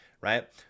right